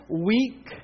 weak